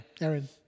Aaron